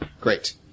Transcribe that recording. Great